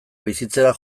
bizitzera